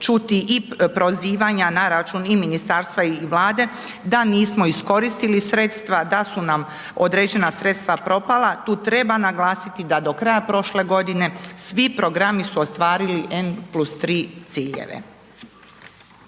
čuti i prozivanja na račun i ministarstva i vlade da nismo iskoristili sredstva, da su nam određena sredstava propala. Tu treba naglasiti da do kraja prošle godine svi programi su ostvarili n+3 ciljeve.